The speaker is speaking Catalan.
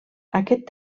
aquest